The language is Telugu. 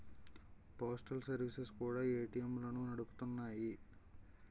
పోస్టల్ సర్వీసెస్ కూడా ఏటీఎంలను నడుపుతున్నాయి